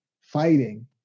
fighting